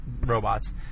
robots